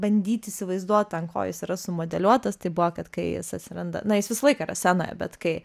bandyt įsivaizduot ant ko jis yra sumodeliuotas tai buvo kad kai jis atsiranda na jis visą laiką yra scenoje bet kai